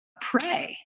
pray